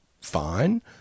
fine